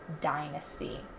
dynasty